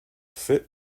sit